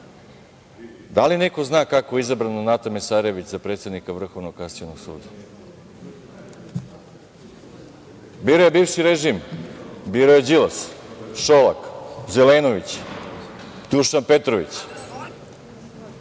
Da li neko zna kako je izabrana Nata Mesarović za predsednika Vrhovnog kasacionog suda? Birao je bivši režim, Đilas, Šolak, Zelenović, Dušan Petrović.